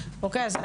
אוקיי,